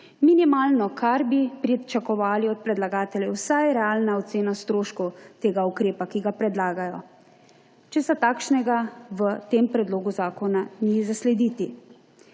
Minimalno, kar bi pričakovali od predlagateljev, je vsaj realna ocena stroškov ukrepa, ki ga predlagajo. Česa takšnega v tem predlogu zakona ni zaslediti.